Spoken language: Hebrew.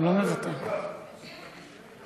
חברי הכנסת,